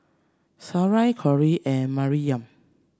Sarai Cory and Maryam